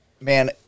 man